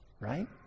right